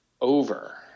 Over